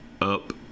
up